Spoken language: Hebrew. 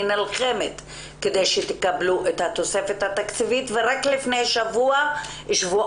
נלחמת כדי שתקבלו את התוספת התקציבית ורק לפני כשבועיים,